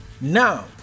Now